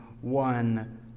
one